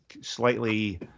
slightly